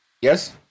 Yes